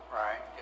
right